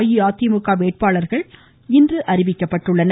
அஇஅதிமுக வேட்பாளர்கள் இன்று அறிவிக்கப்பட்டுள்ளனர்